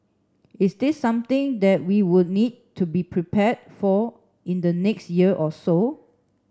is this something that we would need to be prepared for in the next year or so